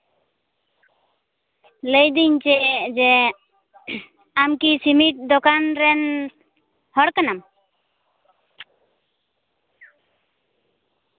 ᱞᱟᱹᱭᱫᱤᱧ ᱪᱮᱫ ᱡᱮ ᱟᱢ ᱠᱤ ᱥᱤᱢᱤᱴ ᱫᱚᱠᱟᱱ ᱨᱮᱱ ᱦᱚᱲ ᱠᱟᱱᱟᱢ